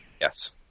Yes